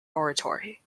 oratory